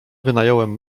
wynająłem